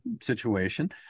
situation